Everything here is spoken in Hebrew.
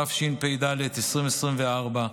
התשפ"ד 2024,